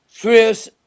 Chris